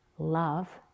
love